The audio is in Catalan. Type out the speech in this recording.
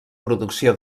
producció